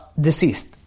deceased